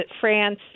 France